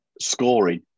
scoring